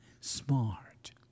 Smart